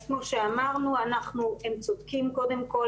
אז כמו שאמרנו, אנחנו הם צודקים, קודם כול.